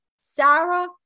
Sarah